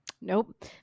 Nope